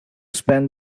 spend